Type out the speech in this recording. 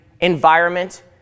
environment